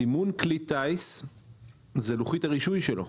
סימון כלי טייס זה לוחית הרישוי שלו.